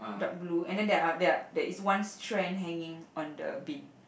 dark blue and then there are there are there is one strand hanging on the bin